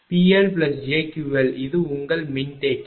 PLjQL இது உங்கள் மின்தேக்கி